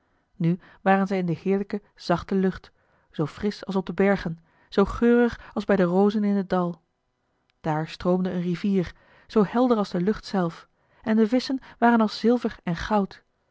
nu waren zij in de heerlijke zachte lucht zoo frisch als op de bergen zoo geurig als bij de rozen in het dal daar stroomde een rivier zoo helder als de lucht zelf en de visschen waren als zilver en goud